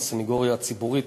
הסנגוריה הציבורית,